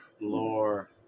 Lore